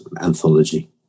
anthology